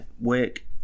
work